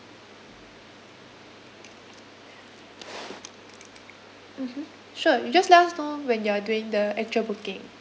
mmhmm sure you just let us know when you are doing the actual booking